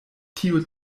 tiu